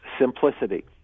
simplicity